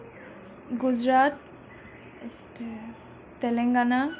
গুজৰাট তাৰপিছতে তেলেংগানা